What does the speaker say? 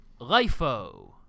LIFO